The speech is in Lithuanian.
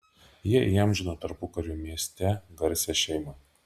jie įamžino tarpukariu mieste garsią šeimą